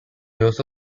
also